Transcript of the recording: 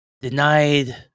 denied